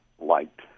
liked